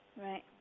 Right